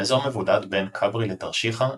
באזור מבודד בין כאברי לתרשיחא,